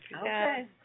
Okay